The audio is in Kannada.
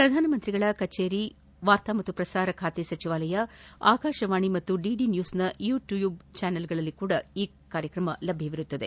ಪ್ರಧಾನಮಂತ್ರಿಯವರ ಕಚೇರಿ ವಾರ್ತಾ ಮತ್ತು ಪ್ರಸಾರ ಬಾತೆ ಸಚಿವಾಲಯ ಆಕಾಶವಾಣಿ ಮತ್ತು ಡಿಡಿ ನ್ಲೂಸ್ನ ಯೂ ಟೂಬ್ ಚಾನಲ್ಗಳಲ್ಲಿಯೂ ಲಭ್ಲವಾಗಲಿದೆ